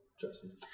Justin